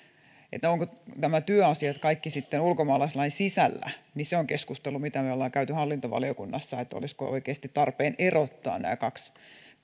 vai ovatko nämä työasiat kaikki sitten ulkomaalaislain sisällä se on keskustelu mitä me olemme käyneet hallintovaliokunnassa eli olisiko oikeasti tarpeen erottaa nämä kaksi